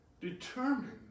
determined